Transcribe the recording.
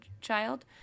child